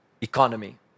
economy